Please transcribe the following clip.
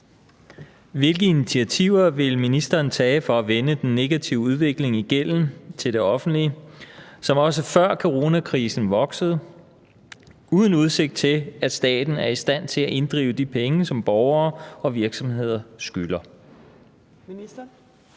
Hvilke initiativer vil ministeren tage for at vende den negative udvikling i gælden til det offentlige, som også før coronakrisen voksede, uden udsigt til, at staten er i stand til at inddrive de penge, som borgere og virksomheder skylder?